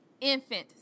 infant